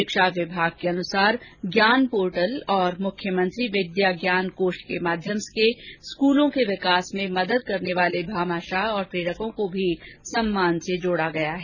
शिक्षा विभाग के अनुसार ज्ञान पोर्टल और मुख्यमंत्री विद्याज्ञान कोष के माध्यम से स्कूलों के विकास में मदद करने वाले भामाशाह और प्रेरकों को भी सम्मान से जोड़ा गया है